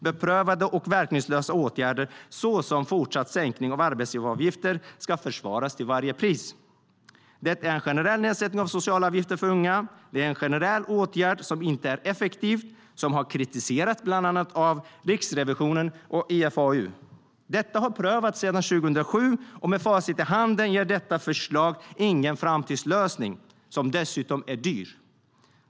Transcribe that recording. Beprövade och verkningslösa åtgärder, såsom fortsatt sänkning av arbetsgivaravgifter, ska försvaras till varje pris. Det är en generell nedsättning av socialavgifter för unga. Det är en generell åtgärd som inte är effektiv och som har kritiserats av bland annat Riksrevisionen och IFAU. Detta har prövats sedan 2007, och med facit i hand kan vi säga att det inte ger någon framtidslösning. Det är dessutom dyrt.